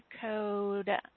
code